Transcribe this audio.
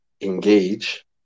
engage